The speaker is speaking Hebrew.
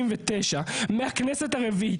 מהכנסת הרביעית.